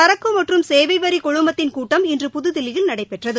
சரக்கு மற்றும் சேவை வரி குழுமத்தின் கூட்டம் இன்று புதுதில்லியில் நடைபெற்றது